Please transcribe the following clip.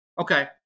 Okay